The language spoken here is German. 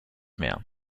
mehr